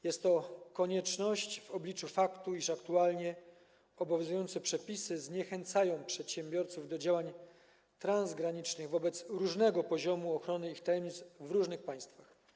Jest to konieczność w obliczu faktu, iż aktualnie obowiązujące przepisy zniechęcają przedsiębiorców do działań transgranicznych wobec różnego poziomu ochrony ich tajemnic w różnych państwach.